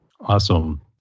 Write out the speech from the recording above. Awesome